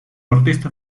artista